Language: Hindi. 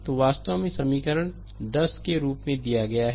तो यह वास्तव में समीकरण 10 के रूप में दिया गया है